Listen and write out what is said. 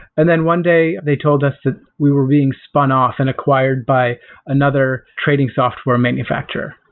and then one day they told us to we were being spun off and acquired by another trading software manufacturer.